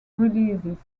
releases